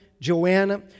Joanna